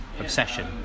obsession